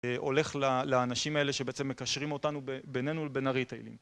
הולך לאנשים האלה שבעצם מקשרים אותנו בינינו לבין הריטיילים.